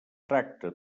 tracta